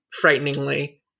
frighteningly